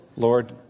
Lord